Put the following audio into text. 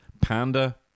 Panda